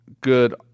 good